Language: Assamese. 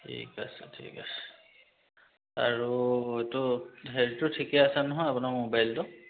ঠিক আছে ঠিক আছে আৰু এইটো হেৰিটো ঠিকে আছে নহয় আপোনাৰ মোবাইলটো